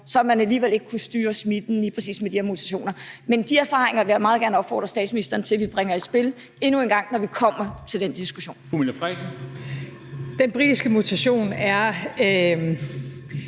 har man alligevel ikke kunnet styre smitten med lige præcis de her mutationer. Men de erfaringer vil jeg meget gerne opfordre statsministeren til at vi bringer i spil – endnu en gang – når vi kommer til den diskussion. Kl. 13:14 Formanden